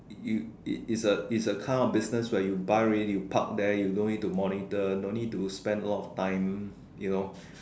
you is is a is a kind of business where you buy already you park there you don't need to monitor don't need to spend a lot of time you know